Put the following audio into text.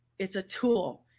it's a tool.